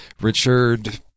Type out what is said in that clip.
Richard